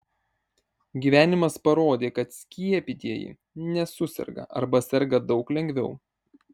gyvenimas parodė kad skiepytieji nesuserga arba serga daug lengviau